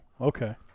Okay